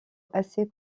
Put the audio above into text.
assez